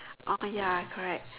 ah ya correct